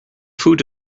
food